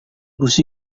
bus